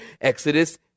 Exodus